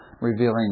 revealing